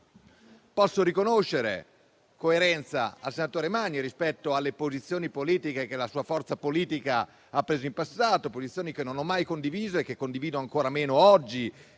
Posso riconoscere coerenza al senatore Magni rispetto alle posizioni politiche che la sua forza politica ha preso in passato; posizioni che non ho mai condiviso e che condivido ancora meno oggi